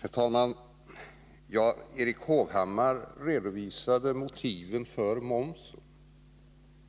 Herr talman! Erik Hovhammar redovisade motiven för att höja momsen.